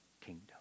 kingdom